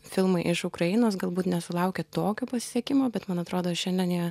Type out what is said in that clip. filmai iš ukrainos galbūt nesulaukia tokio pasisekimo bet man atrodo šiandien jie